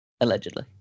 Allegedly